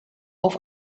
auf